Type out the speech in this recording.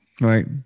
Right